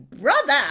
brother